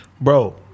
bro